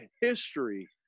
history